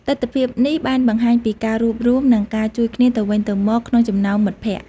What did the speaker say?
ទិដ្ឋភាពនេះបានបង្ហាញពីការរួបរួមនិងការជួយគ្នាទៅវិញទៅមកក្នុងចំណោមមិត្តភក្តិ។